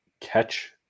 catch